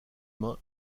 mains